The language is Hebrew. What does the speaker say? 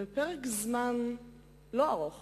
ובפרק זמן לא ארוך